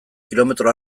kilometro